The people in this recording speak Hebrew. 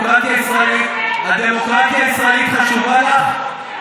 הדמוקרטיה הישראלית חשובה לך?